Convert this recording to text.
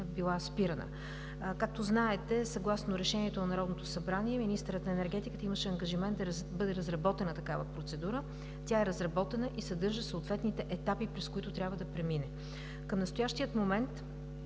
била спирана. Както знаете, съгласно Решение на Народното събрание министърът на енергетиката имаше ангажимент да бъде разработена такава процедура. Тя е разработена и съдържа съответните етапи, през които трябва да премине. Към настоящия момент